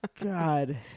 god